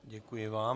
Děkuji vám.